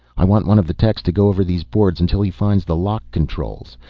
i want one of the techs to go over these boards until he finds the lock controls.